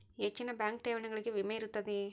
ಹೆಚ್ಚಿನ ಬ್ಯಾಂಕ್ ಠೇವಣಿಗಳಿಗೆ ವಿಮೆ ಇರುತ್ತದೆಯೆ?